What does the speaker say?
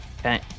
Okay